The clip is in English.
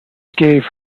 gave